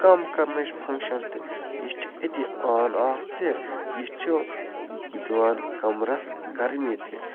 کَم کرٕنچۍ فَنٛکشَن تہِ یہِ چھِ أتی آن آف تہِ یہِ چھِ دِوان کَمرَس گرمی تہِ